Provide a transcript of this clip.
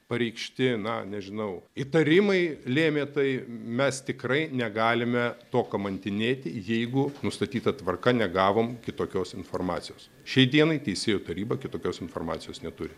pareikšti na nežinau įtarimai lėmė tai mes tikrai negalime to kamantinėti jeigu nustatyta tvarka negavom kitokios informacijos šiai dienai teisėjų taryba kitokios informacijos neturi